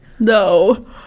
No